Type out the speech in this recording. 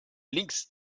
links